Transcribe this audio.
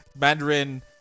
Mandarin